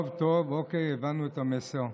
טוב, טוב, אוקיי, הבנו את המסר.